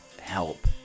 help